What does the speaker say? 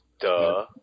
duh